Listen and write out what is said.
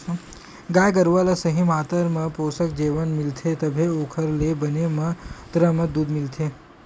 गाय गरूवा ल सही मातरा म पोसक जेवन मिलथे तभे ओखर ले बने मातरा म दूद मिलथे